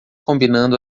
combinando